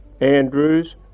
Andrews